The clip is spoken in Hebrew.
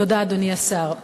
תודה, אדוני השר.